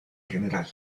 gral